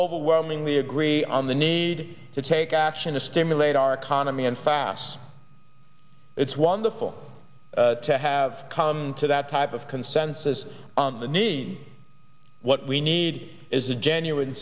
overwhelmingly agree on the need to take action to stimulate our economy and fast it's wonderful to have come to that type of consensus on the need what we need is a genuine